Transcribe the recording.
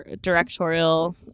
directorial